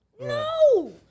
No